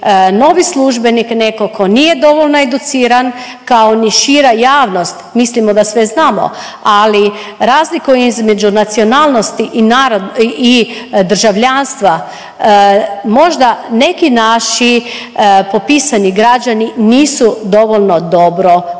novi službenik, neko ko nije dovoljno educiran, kao ni šira javnost, mislimo da sve znamo, ali razlika između nacionalnosti i državljanstva možda neki naši popisani građani nisu dovoljno dobro